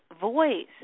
voice